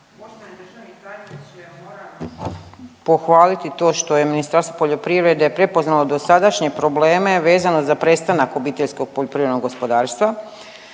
…/Govornica nije uključena./… pohvaliti to što je Ministarstvo poljoprivrede prepoznalo dosadašnje probleme vezano za prestanak obiteljskog poljoprivrednog gospodarstva.